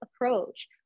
approach